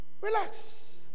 Relax